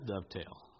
dovetail